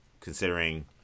considering